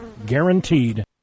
guaranteed